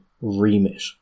remit